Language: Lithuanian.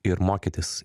ir mokytis